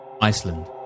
Iceland